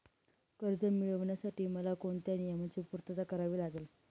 कर्ज मिळविण्यासाठी मला कोणत्या नियमांची पूर्तता करावी लागेल?